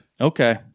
Okay